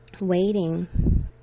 waiting